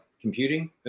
computing